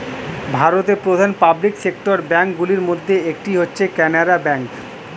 ভারতের প্রধান public sector bank গুলির মধ্যে একটি হচ্ছে কানারা ব্যাঙ্ক